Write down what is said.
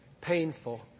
painful